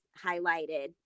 highlighted